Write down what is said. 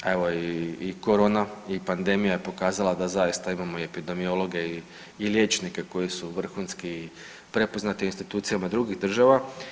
Evo i korona i pandemija je pokazala da imamo i epidemiologe i liječnike koji su vrhunski i prepoznati u institucijama drugih država.